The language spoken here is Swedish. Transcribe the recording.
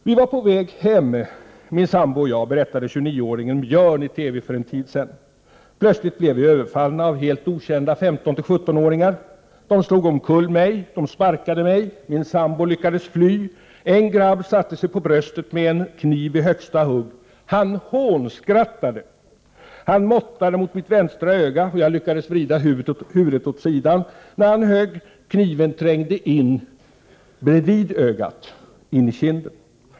Vi var på väg hem, min sambo och jag, berättade 29-årige Björn i TV för en tid sedan. Plötsligt blev vi överfallna av några helt okända 15-17-åringar. De slog omkull mig. De sparkade mig. Min sambo lyckades fly. En grabb satte | sig på bröstet med en kniv i högsta hugg. Han hånskrattade. Han måttade mot mitt vänstra öga. Jag lyckades vrida huvudet åt sidan när han högg. Kniven trängde in bredvid ögat - in i kinden.